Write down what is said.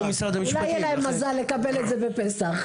אולי יהיה להם מזל לקבל את זה בפסח.